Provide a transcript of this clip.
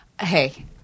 Hey